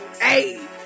Hey